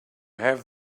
have